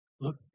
look